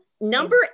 Number